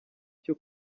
cyo